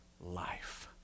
life